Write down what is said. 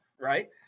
right